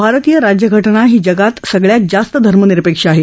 भारतीय राज्यघटना ही जगात सगळ्यात जास्त धर्मनिरपेक्ष आहे